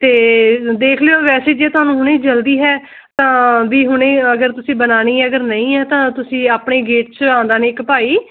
ਅਤੇ ਦੇਖ ਲਿਓ ਵੈਸੇ ਜੇ ਤੁਹਾਨੂੰ ਹੁਣ ਜਲਦੀ ਹੈ ਤਾਂ ਵੀ ਹੁਣ ਅਗਰ ਤੁਸੀਂ ਬਣਾਉਣੀ ਹੈ ਅਗਰ ਨਹੀਂ ਹੈ ਤਾਂ ਤੁਸੀਂ ਆਪਣੇ ਗੇਟ 'ਚ ਆਉਂਦਾ ਨੇ ਇੱਕ ਭਾਈ